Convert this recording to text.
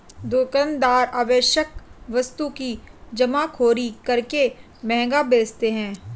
दुकानदार आवश्यक वस्तु की जमाखोरी करके महंगा बेचते है